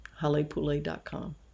halepule.com